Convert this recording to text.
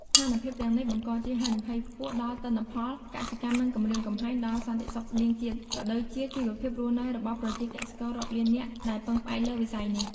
ស្ថានភាពទាំងនេះបង្កជាហានិភ័យខ្ពស់ដល់ទិន្នផលកសិកម្ម និងគំរាមកំហែងដល់សន្តិសុខស្បៀងជាតិ ក៏ដូចជាជីវភាពរស់នៅរបស់ប្រជាកសិកររាប់លាននាក់ដែលពឹងផ្អែកលើវិស័យនេះ។